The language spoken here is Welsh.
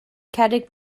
cerrig